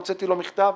והוצאתי לו מכתב,